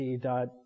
dot